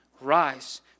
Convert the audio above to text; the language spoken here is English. rise